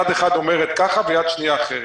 יד אחת אומרת ככה ויד שנייה אחרת.